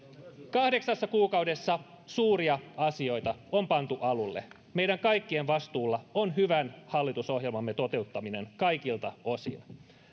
kahdeksassa kuukaudessa suuria asioita on pantu alulle meidän kaikkien vastuulla on hyvän hallitusohjelmamme toteuttaminen kaikilta osin